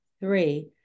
three